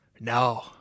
no